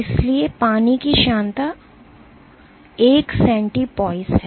इसलिए पानी की श्यानता 1 centipoise है